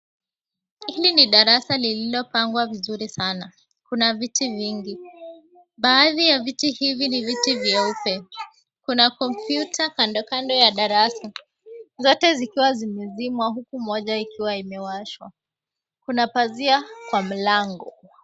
Hili ni darasa lililopangwa vizuri sana. Kuna viti vingi. Baadhi ya viti hivi ni viti vyeupe. Kuna kompyuta kando kando ya darasa, zote zikiwa zimezimwa huku moja ikiwa imewashwa. Kuna pazia kwa mlango.